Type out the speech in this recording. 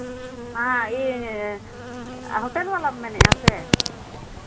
ᱦᱮᱸ ᱤᱧ ᱦᱳᱴᱮᱞ ᱵᱟᱞᱟᱢ ᱢᱮᱱᱮᱫᱼᱟ ᱥᱮ